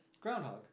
Groundhog